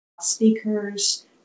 speakers